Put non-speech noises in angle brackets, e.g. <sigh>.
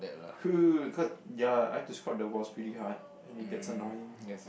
<noise> cause ya I has to scrub the walls really hard and it gets annoying